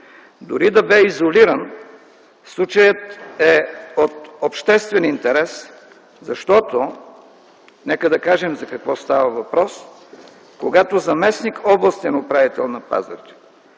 Дори да бе изолиран, случаят е обществен интерес, защото – нека да кажем за какво става въпрос – когато заместник-областен управител на Пазарджик,